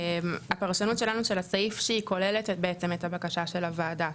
הפרשנות שלנו של הסעיף שהיא כוללת בעצם את הבקשה של הוועדה.